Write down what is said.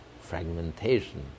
fragmentation